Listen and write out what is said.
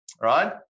Right